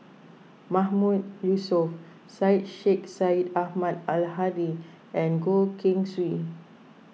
Mahmood Yusof Syed Sheikh Syed Ahmad Al Hadi and Goh Keng Swee